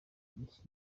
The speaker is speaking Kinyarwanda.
mashusho